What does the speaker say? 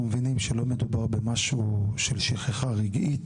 מבינים שלא מדובר במשהו של שכחה רגעית,